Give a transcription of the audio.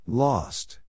Lost